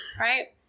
right